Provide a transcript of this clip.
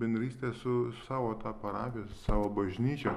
bendrystė su savo ta parapija su savo bažnyčia